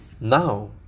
now